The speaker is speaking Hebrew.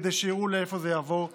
כדי שיראו לאיפה זה יעבור הלאה.